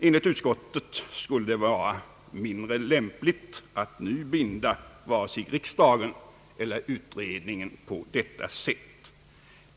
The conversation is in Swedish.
Enligt utskottet skulle det vara mindre lämpligt att nu binda vare sig riksdagen eller utredningen på detta sätt.